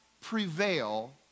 prevail